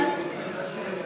בעד,